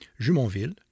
Jumonville